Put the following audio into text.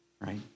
right